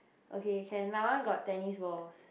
okay can my one got tennis balls